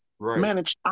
manage